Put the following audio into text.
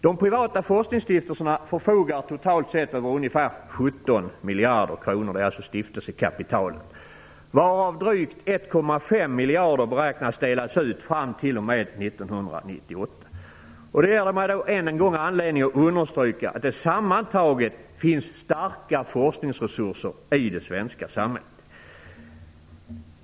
De privata forskningsstiftelserna förfogar totalt sett över ca 17 miljarder kronor, dvs. stiftelsekapitalet, varav drygt 1,5 miljarder beräknas kunna delas ut fram t.o.m. 1998. Detta ger mig än en gång anledning att understryka att det sammantaget finns starka forskningsresurser i det svenska samhället.